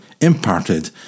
imparted